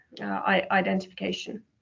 identification